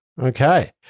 Okay